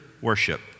worship